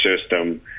system